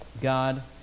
God